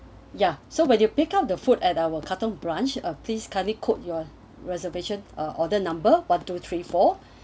ya so when you pick up the food at our katong branch please kindly code your reservation or order number one two three four